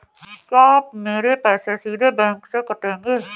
क्या मेरे पैसे सीधे बैंक से कटेंगे?